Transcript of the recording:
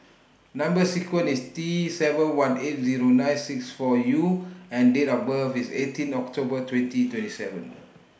Number sequence IS T seven one eight Zero nine six four U and Date of birth IS eighteen October twenty twenty seven